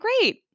great